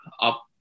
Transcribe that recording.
up